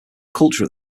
culture